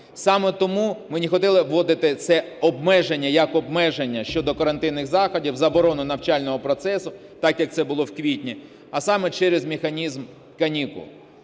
Саме тому ми не хотіли вводити це обмеження як обмеження щодо карантинних заходів, заборону навчального процесу, так, як це було в квітні, а саме через механізм канікул.